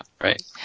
Right